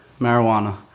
Marijuana